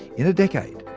in a decade,